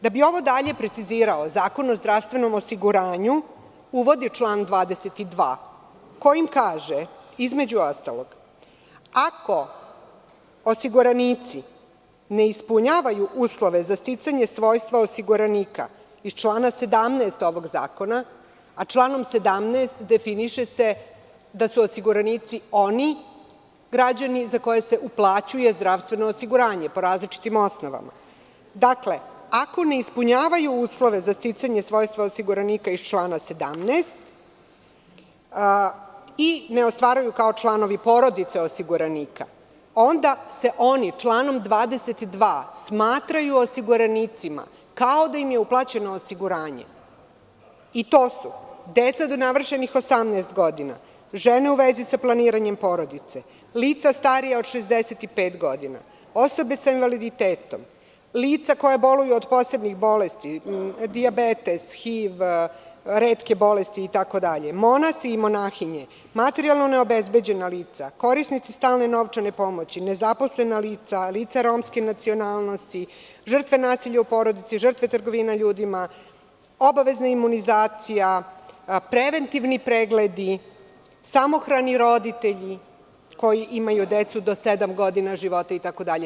Da bi ovo dalje precizirao Zakon o zdravstvenom osiguranju uvodi član 22. kojim kaže, između ostalog, ako osiguranici ne ispunjavaju uslove za sticanje svojstva osiguranika iz člana 17. ovog zakona, a članom 17. definiše se da su osiguranici oni građani za koje se uplaćuje zdravstveno osiguranje po različitim osnovama, i ne ostvaruju kao članovi porodice osiguranika, onda se oni članom 22. smatraju osiguranicima, kao da im je uplaćeno osiguranje, i to su: deca do navršenih 18 godina, žene u vezi sa planiranje porodice, lica starija od 65 godina, osobe sa invaliditetom, lica koja boluju od posebnih bolesti, dijabetes, HIV, retke bolesti itd, monasi i monahinje, materijalno neobezbeđena lica, korisnici stalne novčane pomoći, nezaposlena lica, lica romske nacionalnosti, žrtve nasilja u porodici, trgovine ljudima, obavezna imunizacija, preventivni pregledi, samohrani roditelji koji imaju do sedam godina života itd.